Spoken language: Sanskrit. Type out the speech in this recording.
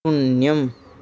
अन्यम्